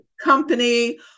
company